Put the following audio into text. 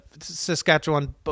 Saskatchewan